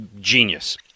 genius